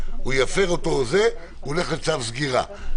הוא הולך לצו סגירה.